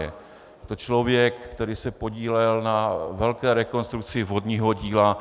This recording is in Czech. Je to člověk, který se podílel na velké rekonstrukci vodního díla Morávka.